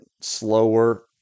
slower